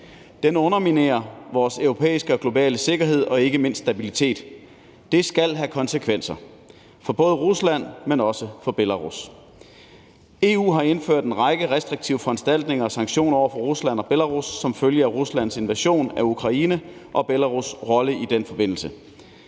Den underminerer vores europæiske og globale sikkerhed og ikke mindst stabilitet. Det skal have konsekvenser, både for Rusland, men også for Belarus. EU har indført en række restriktive foranstaltninger og sanktioner over for Rusland og Belarus som følge af Ruslands invasion af Ukraine og Belarus' rolle i den forbindelse